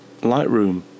Lightroom